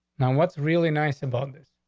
and what's really nice about this?